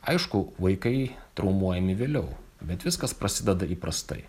aišku vaikai traumuojami vėliau bet viskas prasideda įprastai